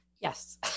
yes